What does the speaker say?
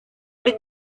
did